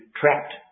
trapped